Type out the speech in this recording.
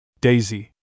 Daisy